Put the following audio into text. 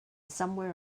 somewhere